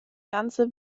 ganze